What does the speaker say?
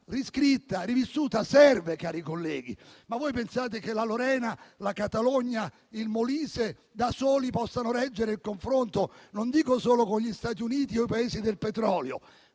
riscritta e rivissuta, serve, cari colleghi. Pensate che la Lorena, la Catalogna o il Molise da soli possano reggere il confronto non dico solo con gli Stati Uniti o con i Paesi del petrolio,